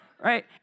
right